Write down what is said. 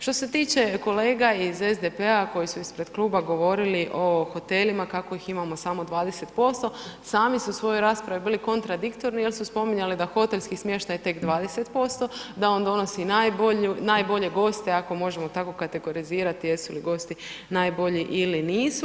Što se tiče kolega iz SDP-a koji su ispred kluba govorili o hotelima kako ih imamo samo 20%, sami su u svojoj raspravi bili kontradiktorni jer su spominjali da hotelski smještaj je tek 20%, da on donosi najbolje goste ako možemo tako kategorizirati jesu li gosti najbolji ili nisu.